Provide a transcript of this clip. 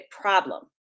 problem